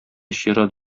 чират